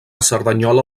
cerdanyola